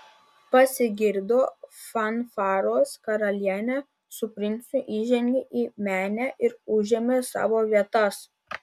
pasigirdo fanfaros karalienė su princu įžengė į menę ir užėmė savo vietas